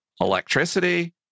electricity